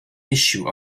issue